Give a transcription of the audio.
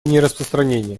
нераспространения